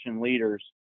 leaders